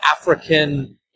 African